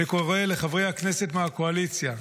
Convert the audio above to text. אני קורא לחברי הכנסת מהקואליציה,